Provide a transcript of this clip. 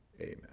Amen